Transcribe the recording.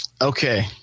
Okay